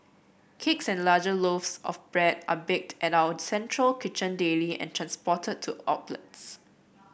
cakes and larger loaves of bread are baked at our central kitchen daily and transported to outlets